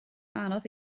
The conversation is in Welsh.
anodd